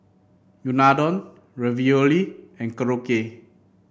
Unadon Ravioli and Korokke